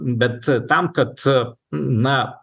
bet tam kad na